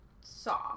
saw